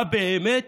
באמת?